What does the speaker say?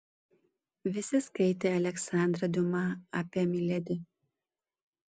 visi skaitė aleksandrą diuma apie miledi